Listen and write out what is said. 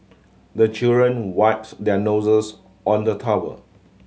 the children wipes their noses on the towel